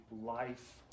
life